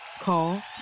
Call